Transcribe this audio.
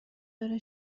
داره